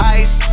ice